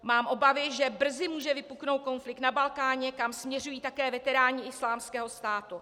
Mám obavy, že brzy může vypuknout konflikt na Balkáně, kam směřují také veteráni Islámského státu.